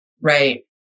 Right